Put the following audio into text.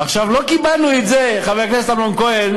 עכשיו, לא קיבלנו את זה, חבר הכנסת אמנון כהן,